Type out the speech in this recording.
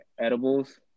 edibles